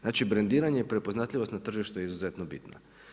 Znači brendiranje, prepoznatljivost na tržištu je izuzetno bitno.